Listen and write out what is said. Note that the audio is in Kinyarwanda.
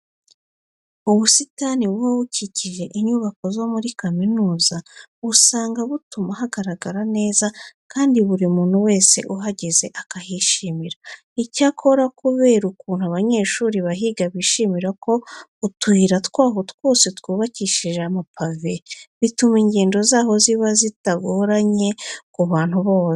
Ubusitani buba bukikije inyubako zo muri kaminuza usanga butuma hagaragara neza kandi buri muntu wese uhageze akahishimira. Icyakora kubera ukuntu abanyeshuri bahiga bishimira ko utuyira twaho twose twubakishije amapave, bituma ingendo zaho ziba zitagoranye ku bantu bose.